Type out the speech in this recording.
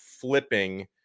flipping